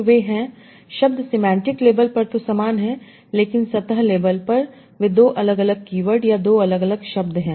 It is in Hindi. तो वे हैं शब्द सिमेंटिक लेबल पर तो समान हैं लेकिन सतह लेबल पर वे 2 अलग अलग कीवर्ड या 2 अलग अलग शब्द हैं